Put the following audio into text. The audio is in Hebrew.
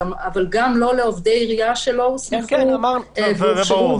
אבל גם לא עובדי עירייה שלא הוסמכו והוכשרו --- זה ברור,